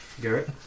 Garrett